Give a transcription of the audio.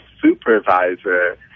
supervisor